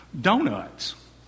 donuts